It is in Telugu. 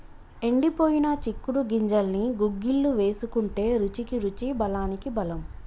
ఎండిపోయిన చిక్కుడు గింజల్ని గుగ్గిళ్లు వేసుకుంటే రుచికి రుచి బలానికి బలం